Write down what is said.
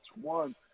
One